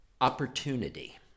opportunity